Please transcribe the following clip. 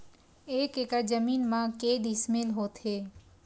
एक एकड़ जमीन मा के डिसमिल होथे?